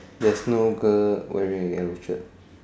there's no girl wearing a yellow shirt